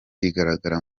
igaragara